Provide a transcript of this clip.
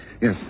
Yes